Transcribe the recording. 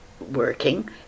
working